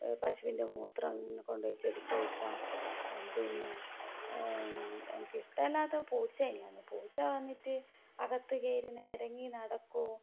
പശുവിൻ്റെ മൂത്രം കൊണ്ട് പോയി ചെടിക്കൊഴിക്കാം പിന്നെ എനിക്കിഷ്ട്മില്ലാത്തത് പൂച്ചെനെയാണു പൂച്ച വന്നിട്ട് അകത്ത് കയറി നിരങ്ങി നടക്കുവോം